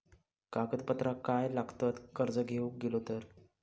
कागदपत्रा काय लागतत कर्ज घेऊक गेलो तर?